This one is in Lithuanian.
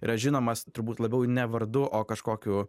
yra žinomas turbūt labiau ne vardu o kažkokiu